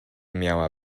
miała